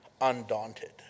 undaunted